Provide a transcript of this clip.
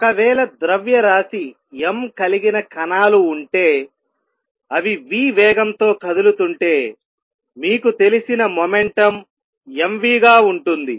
ఒక వేళ ద్రవ్యరాశి m కలిగిన కణాలు ఉంటేఅవి v వేగంతో కదులుతుంటే మీకు తెలిసిన మొమెంటుమ్ m v గా ఉంటుంది